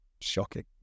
Shocking